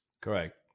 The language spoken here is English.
Correct